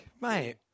Mate